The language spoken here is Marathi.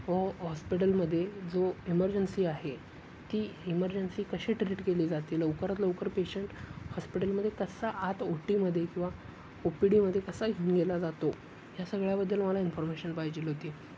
व हॉस्पिटलमध्ये जो इमर्जन्सी आहे ती इमर्जन्सी कशी ट्रीट केली जाते लवकरात लवकर पेशंट हॉस्पिटलमध्ये कसा आत ओ टीमध्ये किंवा ओ पी डीमध्ये कसा घेऊन गेला जातो ह्या सगळ्याबद्दल मला इन्फॉर्मेशन पाहिजे होती